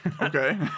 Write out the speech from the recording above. Okay